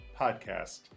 podcast